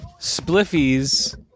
Spliffies